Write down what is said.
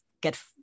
get